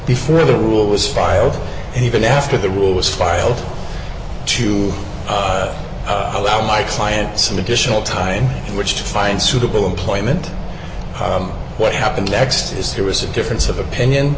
before the rule was filed and even after the rule was filed to allow my client some additional time in which to find suitable employment what happened next is there is a difference of opinion